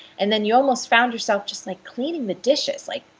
and then you almost found yourself just like cleaning the dishes, like,